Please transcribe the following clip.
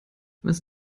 was